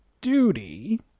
duty